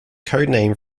codename